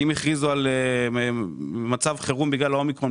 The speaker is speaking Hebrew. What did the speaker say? אם בנובמבר הכריזו על מצב חירום בגלל האומיקרון ,